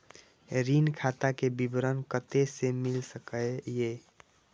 ऋण खाता के विवरण कते से मिल सकै ये?